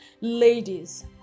ladies